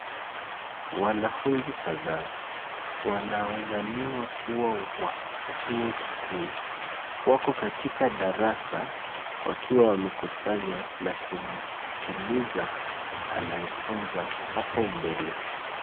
Wanafunzi kadhaa wanaodhaniwa kua wa chuo kikuu wako katika darasa wakiwa wamekusanya na kumsikiliza anayefunza hapo mbele.